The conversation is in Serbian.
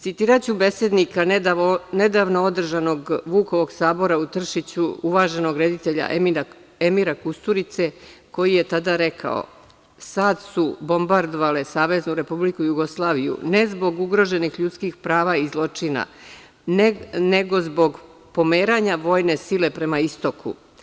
Citiraću besednika, nedavno održanog „Vukovog sabora“ u Tršiću, uvaženog reditelja, Emira Kusturice, koji je tada rekao: „SAD su bombardovale SRJ ne zbog ugroženih ljudskih prava i zločina, nego zbog pomeranja vojne sile prema istoku.